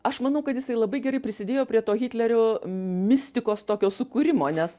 aš manau kad jisai labai gerai prisidėjo prie to hitlerio mistikos tokio sukūrimo nes